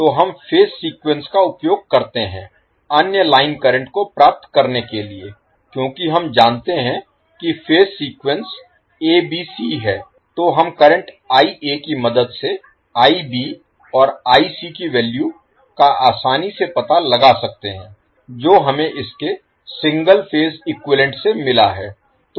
तो हम phase sequence का उपयोग करते हैं अन्य लाइन करंट को प्राप्त करने के लिए क्योंकि हम जानते हैं कि फेज सीक्वेंस ABC है तो हम करंट की मदद से और की वैल्यू का आसानी से पता लगा सकते हैं जो हमें इसके सिंगल फेज इक्विवैलेन्ट से मिला है